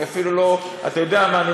אני אפילו לא, אתה יודע מה?